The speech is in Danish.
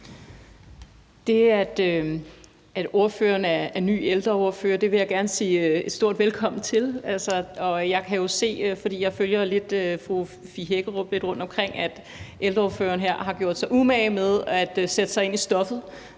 (DD): Ordføreren er ny ældreordfører, og jeg vil gerne sige et stort: Velkommen til. Jeg kan jo se, for jeg følger fru Fie Hækkerup lidt rundtomkring, at ældreordføreren her har gjort sig umage med at sætte sig ind i stoffet.